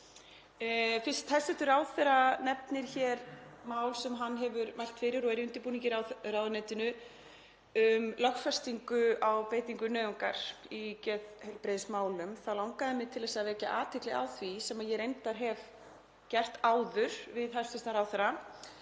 Fyrst hæstv. ráðherra nefnir hér mál sem hann hefur mælt fyrir og er í undirbúningi í ráðuneytinu, um lögfestingu á beitingu nauðungar í geðheilbrigðismálum, þá langaði mig til að vekja athygli á, sem ég reyndar hef gert áður við hæstv. ráðherra,